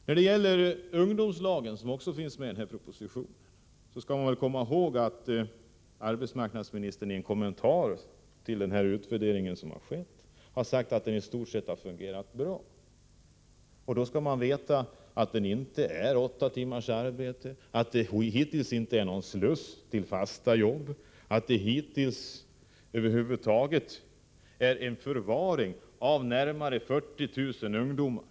När det gäller ungdomslagen, som också finns med i propositionen, har arbetsmarknadsministern i en kommentar till den utvärdering som har skett sagt att ungdomslagen i stort sett har fungerat bra. Man bör dock komma ihåg att de inte omfattar åtta timmars arbete, att de än så länge inte är någon sluss till fasta jobb och att de hittills över huvud taget mest har varit en förvaring av närmare 40 000 ungdomar.